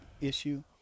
issue